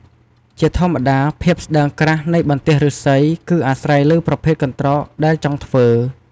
ជាធម្មតា ភាពស្ដើងក្រាស់នៃបន្ទះឫស្សី គឺអាស្រ័យលើប្រភេទកន្រ្តកដែលចង់ធ្វើ។